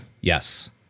yes